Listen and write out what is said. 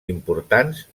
importants